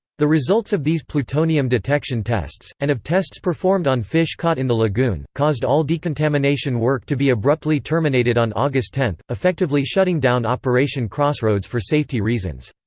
the results of these plutonium detection tests, and of tests performed on fish caught in the lagoon, caused all decontamination work to be abruptly terminated on august ten, effectively shutting down operation crossroads for safety reasons.